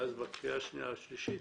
ואז בקריאה השנייה והשלישית